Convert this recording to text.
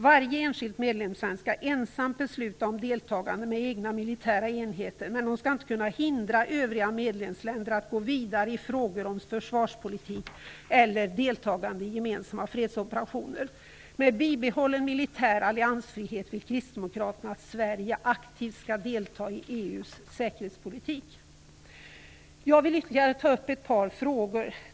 Varje enskilt medlemsland skall ensamt besluta om deltagande med egna militära enheter men skall inte hindra övriga medlemsländer att gå vidare i frågor om t.ex. försvarspolitik eller deltagande i gemensamma fredsoperationer. Med bibehållen militär alliansfrihet vill kristdemokraterna att Sverige aktivt skall delta i EU:s säkerhetspolitik. Jag vill ta upp ytterligare ett par frågor.